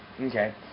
Okay